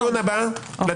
לדיון הבא.